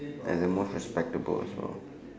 and the most respectable as well